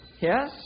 Yes